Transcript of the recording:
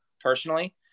personally